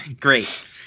Great